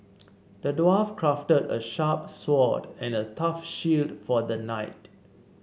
the dwarf crafted a sharp sword and a tough shield for the knight